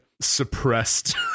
suppressed